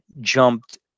jumped